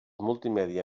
multimèdia